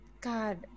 God